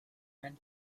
meant